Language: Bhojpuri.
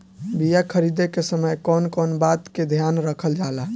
बीया खरीदे के समय कौन कौन बात के ध्यान रखल जाला?